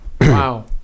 Wow